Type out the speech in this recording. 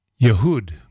Yehud